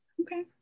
Okay